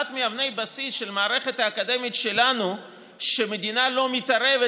אחד מאבני הבסיס של המערכת האקדמית שלנו היא שהמדינה לא מתערבת